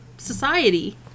society